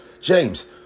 James